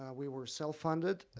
we were self-funded,